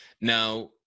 now